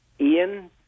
Ian